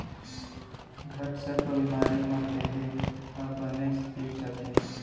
घटसर्प बेमारी म देहे ह बनेच तीप जाथे